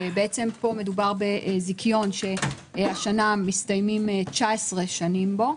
פה מדובר בזיכיון שהשנה מסתיימות 19 שנים בו.